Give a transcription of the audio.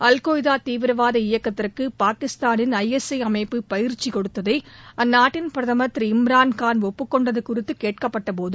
al Qaeda தீவிரவாத இயக்கத்திற்கு பாகிஸ்தானின் ஐஎஸ்ஐ அமைப்பு பயிற்சி கொடுத்ததை அந்நாட்டின் பிரதமர் திரு இம்ரான் ஒப்புக்கொண்டது குறித்து கேட்கப்பட்டபோது